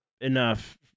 enough